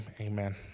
amen